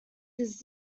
his